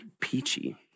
peachy